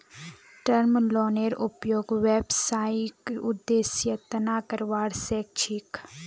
term लोनेर उपयोग व्यावसायिक उद्देश्येर तना करावा सख छी